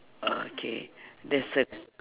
okay there's a